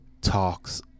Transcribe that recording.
talks